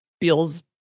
feels